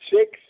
six